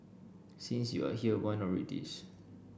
since you are here why not read this